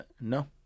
No